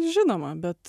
žinoma bet